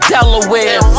Delaware